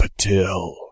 Patil